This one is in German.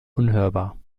unhörbar